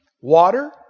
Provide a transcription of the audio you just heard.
Water